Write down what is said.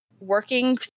working